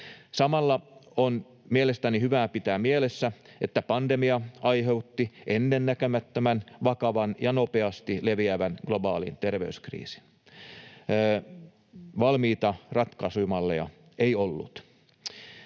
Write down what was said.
Samalla on mielestäni hyvä pitää mielessä, että pandemia aiheutti ennennäkemättömän vakavan ja nopeasti leviävän globaalin terveyskriisin. Valmiita ratkaisumalleja ei ollut.